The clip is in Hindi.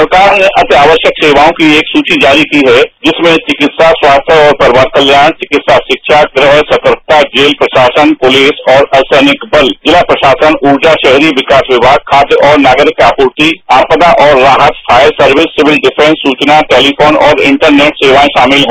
सरकार ने अति आवश्यक सेवाओं की एक सूची जारी की है जिसमें विकित्सा स्वास्थ्य और परिवार कल्याण चिकित्सा शिक्षा गृह सतर्कता जेल प्रशासन पुलिस और अर्धसैनिक बल जिला प्रशासन उर्जा शहरी विकास विमाग खाद्य और नागरिक आपूर्ति आपदा और राहत फायर सर्विस सिविल डिफेंस सूचना टेलीफोन और इंटरनेट सेवाएं शामिल हैं